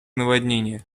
наводнения